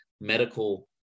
medical